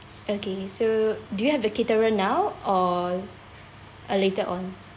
okay so do you have a caterer now or uh later on